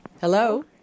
Hello